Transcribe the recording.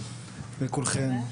לכולכן,